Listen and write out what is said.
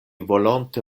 volonte